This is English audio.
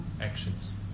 actions